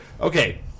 Okay